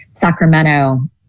Sacramento